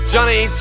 Johnny